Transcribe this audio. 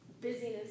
busyness